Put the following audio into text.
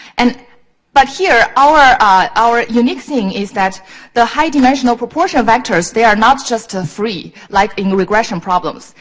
and but here, our ah our unique thing is that the high-dimensional proportion vectors, they are not just ah free, like in regression problems.